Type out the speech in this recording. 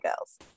Girls